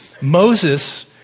Moses